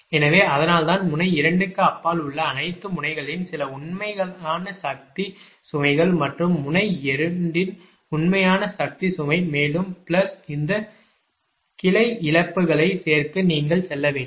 எனவே அதனால்தான் முனை 2 க்கு அப்பால் உள்ள அனைத்து முனைகளின் சில உண்மையான சக்தி சுமைகள் மற்றும் முனை 2 இன் உண்மையான சக்தி சுமை மேலும் பிளஸ் இந்த கிளை இழப்புகளைச் சேர்க்க நீங்கள் செல்ல வேண்டும்